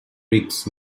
brick